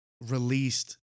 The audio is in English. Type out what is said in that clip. released